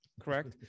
Correct